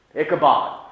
Ichabod